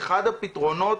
אחד הפתרונות,